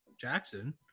Jackson